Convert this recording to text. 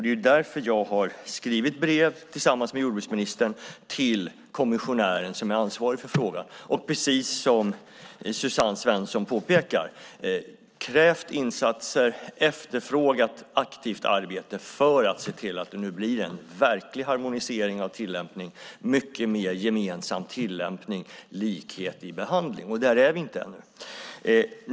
Det är därför jag tillsammans med jordbruksministern har skrivit brev till den kommissionär som är ansvarig för frågan och, precis som Suzanne Svensson påpekar, krävt insatser och efterfrågat aktivt arbete för att se till att det nu blir en verklig harmonisering av tillämpningen, mycket mer gemensam tillämpning och likhet i behandling. Där är vi inte ännu.